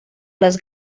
les